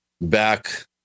back